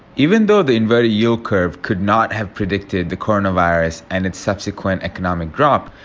even though the inverted yield curve could not have predicted the coronavirus and its subsequent economic drop,